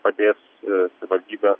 padės savivaldybė